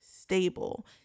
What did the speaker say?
stable